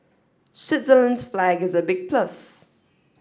Switzerland's flag is a big plus